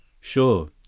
Sure